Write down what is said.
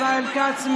ישראל כץ,